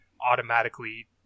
automatically